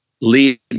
lead